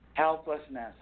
Helplessness